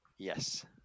Yes